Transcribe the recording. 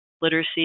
literacy